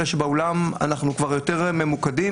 אלא שבאולם אנחנו כבר יותר ממוקדים,